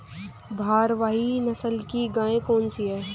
भारवाही नस्ल की गायें कौन सी हैं?